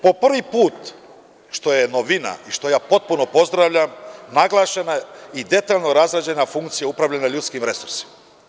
Po prvi put, što je novina i što ja potpuno pozdravljam, naglašena je i detaljno razrađena funkcija upravljanja ljudskim resursima.